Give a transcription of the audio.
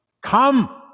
Come